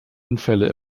unfälle